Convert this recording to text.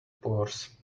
pours